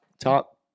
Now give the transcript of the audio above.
top